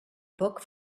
book